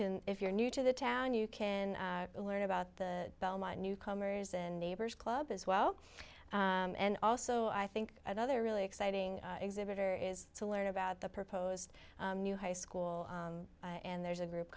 can if you're new to the town you can learn about the belmont newcomers and neighbors club as well and also i think another really exciting exhibitor is to learn about the proposed new high school and there's a group